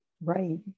right